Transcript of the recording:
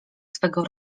swego